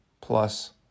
plus